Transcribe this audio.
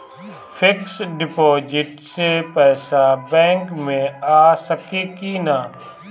Fix deposit से पैसा bank मे आ सकी कि ना?